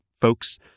folks